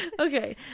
okay